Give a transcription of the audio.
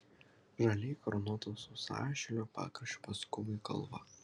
žaliai karūnuoto sausašilio pakraščiu pasukau į kalvą